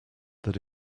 that